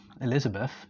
Elizabeth